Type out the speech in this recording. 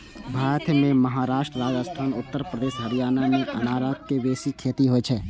भारत मे महाराष्ट्र, राजस्थान, उत्तर प्रदेश, हरियाणा मे अनारक बेसी खेती होइ छै